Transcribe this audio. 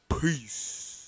peace